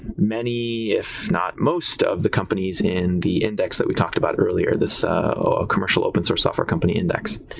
many, if not most of the companies in the index that we talked about earlier, this commercial open source software company index.